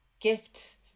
Gifts